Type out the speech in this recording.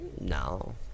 No